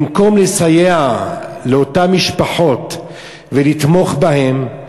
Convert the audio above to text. במקום לסייע לאותן משפחות ולתמוך בהן,